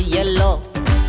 Yellow